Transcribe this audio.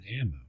ammo